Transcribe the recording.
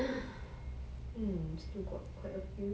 ya